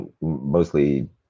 mostly